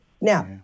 Now